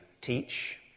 teach